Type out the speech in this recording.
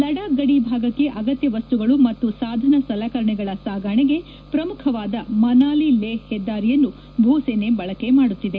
ಲಡಾಖ್ ಗಡಿ ಭಾಗಕ್ಕೆ ಅಗತ್ಯ ಮಸ್ತುಗಳು ಮತ್ತು ಸಾಧನ ಸಲಕರಣೆಗಳ ಸಾಗಣೆಗೆ ಪ್ರಮುಖವಾದ ಮನಾಲಿ ಲೇಪ್ ಹೆದ್ದಾರಿಯನ್ನು ಭೂಸೇನೆ ಬಳಕೆ ಮಾಡುತ್ತಿದೆ